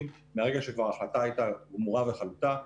מרגע שכבר ההחלטה הייתה גמורה וחלוטה,